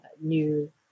new